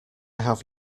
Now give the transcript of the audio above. have